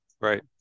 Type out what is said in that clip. right